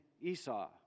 Esau